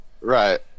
Right